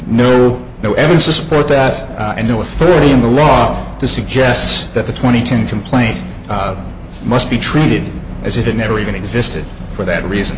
no no evidence to support that and no authority in the law to suggest that the twenty ten complaint must be treated as if it never even existed for that reason